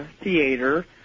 theater